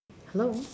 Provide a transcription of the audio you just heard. hello